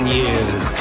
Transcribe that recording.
years